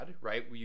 right